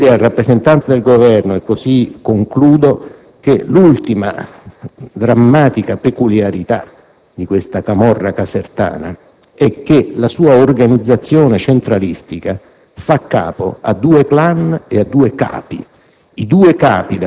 Voglio dire al rappresentante del Governo che l'ultima drammatica peculiarità della camorra casertana è che la sua organizzazione centralistica fa capo a due *clan* e a due capi.